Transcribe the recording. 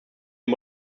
den